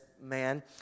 man